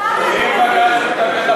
הסדר הומניטרי?